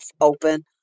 open